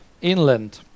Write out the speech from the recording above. inland